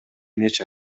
нече